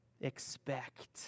Expect